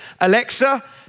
Alexa